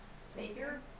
Savior